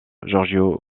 giorgio